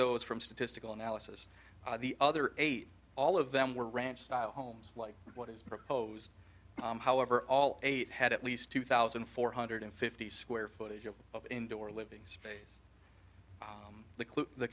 those from statistical analysis the other eight all of them were ranch style homes like what is proposed however all eight had at least two thousand four hundred fifty square footage of of indoor living space the